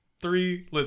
Three